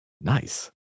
Nice